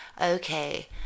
Okay